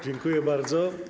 Dziękuję bardzo.